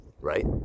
Right